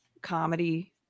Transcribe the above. comedy